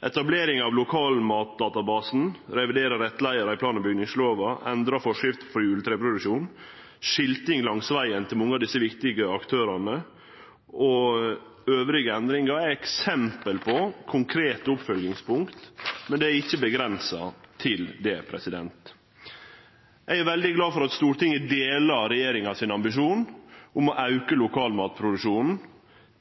Etablering av lokalmatdatabasen, revidere rettleiar til plan- og bygningslova, endre forskrifter for juletreproduksjon, skilting langs vegen til mange av desse viktige aktørane og andre endringar er eksempel på konkrete oppfølgingspunkt, men det er ikkje avgrensa til det. Eg er veldig glad for at Stortinget deler ambisjonen til regjeringa om å auke lokalmatomsetnaden